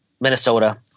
Minnesota